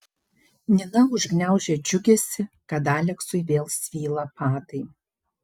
nina užgniaužė džiugesį kad aleksui vėl svyla padai